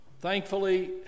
Thankfully